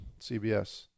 CBS